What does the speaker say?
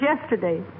yesterday